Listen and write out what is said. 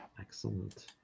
Excellent